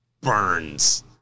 burns